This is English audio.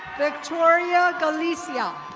victoria galicia.